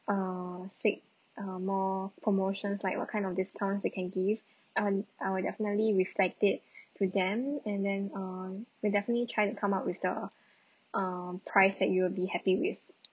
err seek uh more promotions like what kind of this term they can give and I will definitely reflected to them and then um we'll definitely try to come up with the um price that you will be happy with